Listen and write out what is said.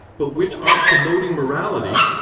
but which are promoting morality,